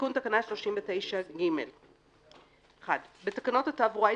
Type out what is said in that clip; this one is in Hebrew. תיקון תקנה 39ג. 1. בתקנות התעבורה,